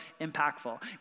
impactful